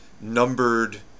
numbered